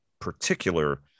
particular